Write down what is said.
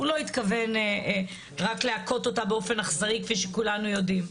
הוא לא התכוון רק להכות אותה באופן אכזרי כמו שכולנו יודעים.